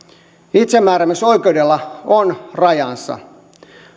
itsemääräämisoikeudella on rajansa